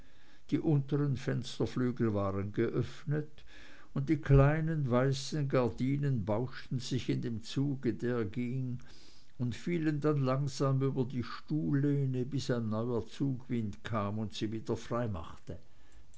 die unteren fensterflügel waren geöffnet und die kleinen weißen gardinen bauschten sich in dem zug der ging und fielen dann langsam über die stuhllehne bis ein neuer zugwind kam und sie wieder frei machte